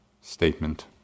statement